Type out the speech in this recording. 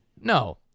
No